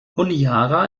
honiara